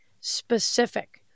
Specific